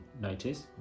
notice